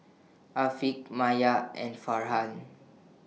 Afiq Maya and Farhan